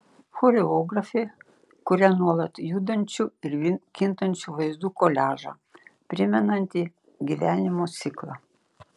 choreografė kuria nuolat judančių ir kintančių vaizdų koliažą primenantį gyvenimo ciklą